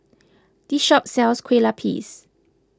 this shop sells Kueh Lapis